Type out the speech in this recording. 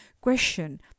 question